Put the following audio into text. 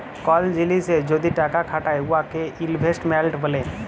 call জিলিসে যদি টাকা খাটায় উয়াকে ইলভেস্টমেল্ট ব্যলে